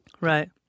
Right